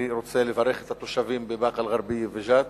אני רוצה לברך את התושבים בבאקה-אל-ע'רביה וג'ת,